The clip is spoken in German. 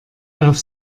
auf